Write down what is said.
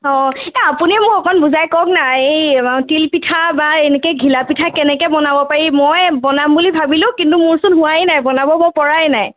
অঁ এই আপুনি মোক অকণ বুজাই কওক না এই তিলপিঠা বা এনেকে ঘিলা পিঠা কেনেকৈ বনাব পাৰি মই বনাম বুলি ভাবিলোঁ কিন্তু মোৰচোন হোৱাই নাই বনাব মই পৰাই নাই